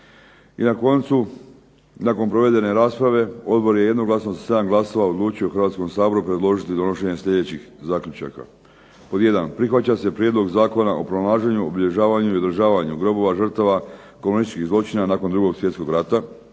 I na koncu nakon provedene rasprave, Odbor je jednoglasno sa 7 glasova odlučio Hrvatskom saboru predložiti donošenje sljedećih zaključaka: Pod 1. Prihvaća se Prijedlog zakona o pronalaženje, obilježavanju i održavanju grobova žrtava komunističkih zločina nakon 2. Svjetskog rata.